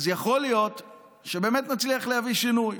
יכול להיות שבאמת נצליח להביא שינוי,